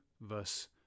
verse